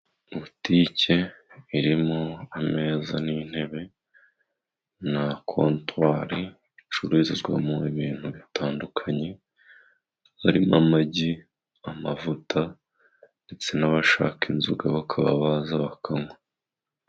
Butike irimo ameza n'intebe na kontwari icururizwamo ibintu bitandukanye, harimo amagi, amavuta, ndetse n'abashaka inzoga bakaba baza bakanywa.